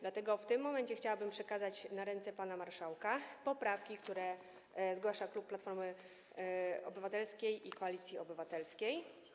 Dlatego w tym momencie chciałabym przekazać na ręce pana marszałka poprawki, które zgłasza klub Platformy Obywatelskiej - Koalicji Obywatelskiej.